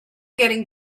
getting